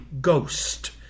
ghost